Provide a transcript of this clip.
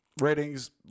Ratings